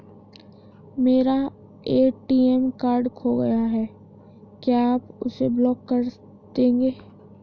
मेरा ATM card खो गया है क्या आप उसे ब्लॉक कर देंगे?